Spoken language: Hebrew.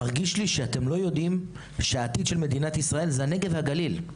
מרגיש לי שאתם לא יודעים שהעתיד של מדינת ישראל זה הנגב והגליל.